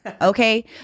Okay